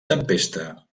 tempesta